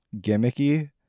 gimmicky